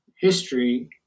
history